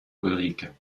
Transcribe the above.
ulrike